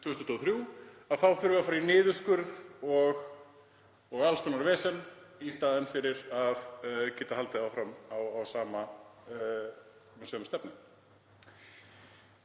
2023 þurfi að fara í niðurskurð og alls konar vesen í staðinn fyrir að geta haldið áfram með sömu stefnu.